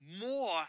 more